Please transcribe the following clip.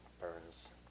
burns